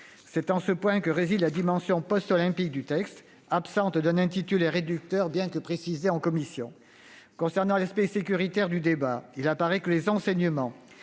C'est en ce point que réside la dimension post-olympique du texte, absente d'un intitulé réducteur, bien que précisé en commission. Concernant l'aspect sécuritaire, il semble que les enseignements